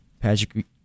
Patrick